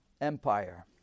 empire